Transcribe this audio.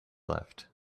left